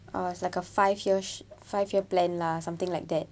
ah it's like a five years five year plan lah something like that